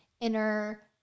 inner